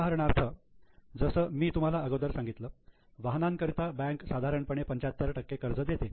उदाहरणार्थ जसं मी तुम्हाला अगोदर सांगितलं वाहनांकरिता बँक साधारणपणे 75 कर्ज देते